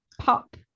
pop